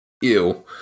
Ew